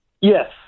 Yes